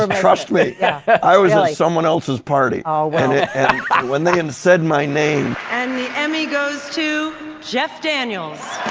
and trust me. yeah i was at someone else's party. ah and when they and said my name and the emmy goes to jeff daniels.